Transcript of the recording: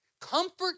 Comfort